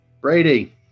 Brady